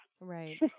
Right